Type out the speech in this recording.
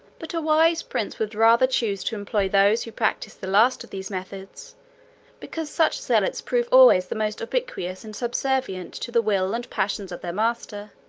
but a wise prince would rather choose to employ employ those who practise the last of these methods because such zealots prove always the most obsequious and subservient to the will and passions of their master.